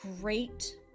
great